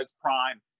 prime